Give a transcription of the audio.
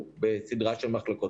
אי-אפשר לשנות את כל זה בדקה